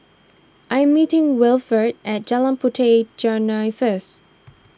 I'm meeting Wilfrid at Jalan Puteh Jerneh first